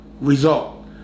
result